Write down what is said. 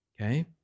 Okay